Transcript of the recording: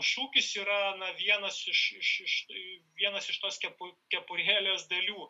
šūkis yra vienas iš iš iš vienas iš tos kepu kepurėlės dalių